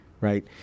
right